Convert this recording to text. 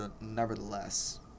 nevertheless